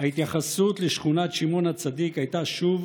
ההתייחסות לשכונת שמעון הצדיק הייתה שוב